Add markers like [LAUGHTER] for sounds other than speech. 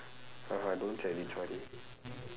[LAUGHS] don't